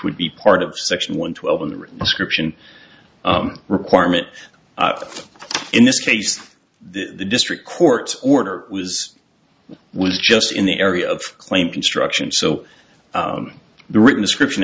would be part of section one twelve in the written scription requirement in this case the district court order was was just in the area of claim construction so the written description